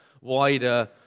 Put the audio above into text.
wider